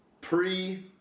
pre